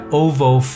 oval